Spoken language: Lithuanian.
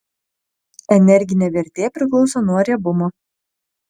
energinė vertė priklauso nuo riebumo